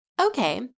Okay